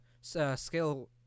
skill